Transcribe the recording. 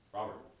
Robert